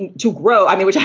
and to grow. i mean,